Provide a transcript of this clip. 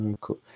cool